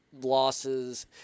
losses